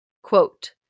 quote